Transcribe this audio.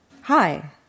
hi